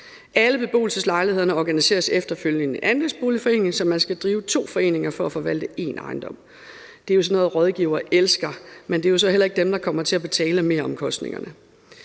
alle beboelseslejlighederne efterfølgende organiseres i en andelsboligforening. Man skal altså drive to foreninger for at forvalte en ejendom. Det er sådan noget, rådgivere elsker, men det er jo så heller ikke dem, der kommer til at betale meromkostningerne.